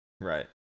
Right